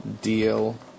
deal